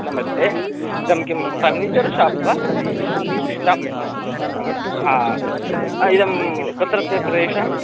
नमस्ते इदं किं फ़र्निचर् शाप् वा शाप् नमस् हा सत्यम् इदं कुत्रत्य प्रेशः